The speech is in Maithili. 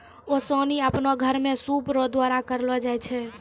ओसानी आपनो घर मे सूप रो द्वारा करलो जाय छै